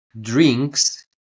drinks